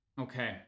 Okay